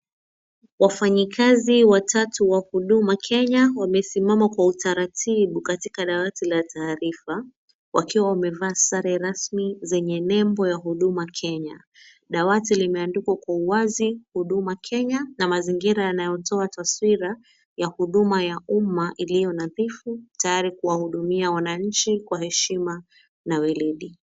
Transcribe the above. Wafanyikazi watatu wa Huduma Kenya wamesimama kwa utaratibu katika dawati la taarifa wakiwa wamevaa sare rasmi zenye nembo ya Huduma Kenya. Dawati limeandikwa kwa uwazi Huduma Kenya na mazingira yanayotoa taswira ya huduma ya umma ilio nadhifu tayari kuwahudumia wananchi kwa heshima na weledi.